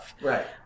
Right